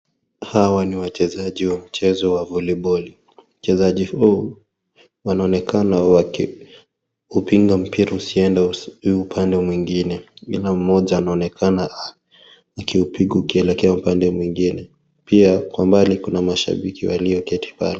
Hawa ni wachezaji wa mchezo wa voliboli. Wachezaji huu wanaonekana wakiupinga mpira usiende upande mwingine ila mmoja anaonekana akiupiga ukielekea upande mwingine pia kwa umbali kuna mashabiki walioketi pale.